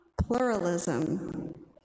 pluralism